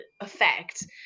effect